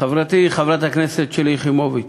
חברתי חברת הכנסת שלי יחימוביץ,